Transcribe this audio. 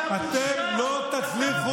אתה בושה.